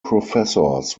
professors